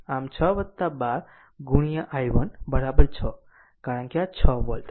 આમ 6 12 ગુણ્યા i1 6 કારણ કે આ 6 વોલ્ટ